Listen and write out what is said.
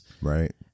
Right